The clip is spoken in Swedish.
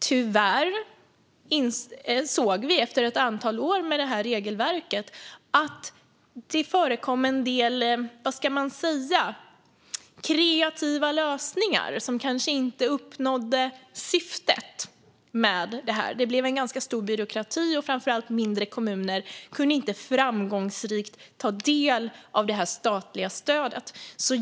Tyvärr såg vi efter ett antal år med det regelverket att det förekom en del kreativa lösningar, kan vi väl kalla det, som kanske inte uppnådde syftet med det. Det ledde också till en ganska stor byråkrati, och framför allt mindre kommuner kunde inte framgångsrikt ta del av det statliga stödet.